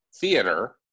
theater